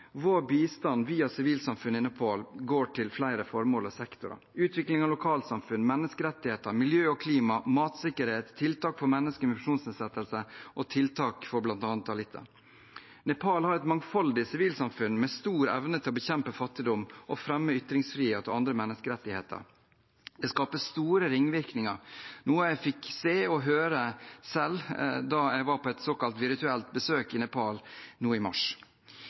Vår bistand via sivilsamfunnet i Nepal går til flere formål og sektorer: utvikling av lokalsamfunn, menneskerettigheter, miljø og klima, matsikkerhet, tiltak for mennesker med funksjonsnedsettelser og tiltak for bl.a. daliter. Nepal har et mangfoldig sivilsamfunn med stor evne til å bekjempe fattigdom og fremme ytringsfrihet og andre menneskerettigheter. Det skaper store ringvirkninger, noe jeg selv fikk se og høre da jeg var på et såkalt virtuelt besøk i Nepal nå i mars.